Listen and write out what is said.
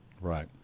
Right